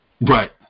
Right